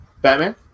Batman